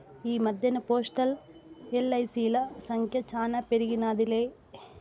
ఈ మద్దెన్న పోస్టల్, ఎల్.ఐ.సి.ల సంఖ్య శానా పెరిగినాదిలే